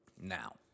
Now